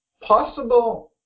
possible